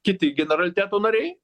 kiti generaliteto nariai